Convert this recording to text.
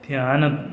ധ്യാനം